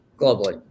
globally